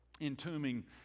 entombing